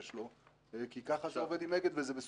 שלו כי ככה זה עובד עם אגד וזה מסודר.